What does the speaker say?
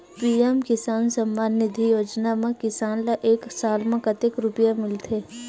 PM Kisan Samman Nidhi Yojana म किसान ल एक साल म कतेक रुपिया मिलथे?